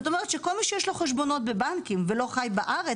זה אומר שכל מי שיש לו חשבונות בבנקים ולא חי בארץ,